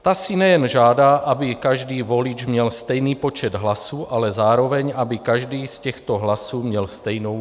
Ta si nejen žádá, aby každý volič měl stejný počet hlasů, ale zároveň aby každý z těchto hlasů měl stejnou váhu.